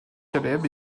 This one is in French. caleb